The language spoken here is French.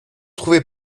trouver